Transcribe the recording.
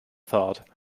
thought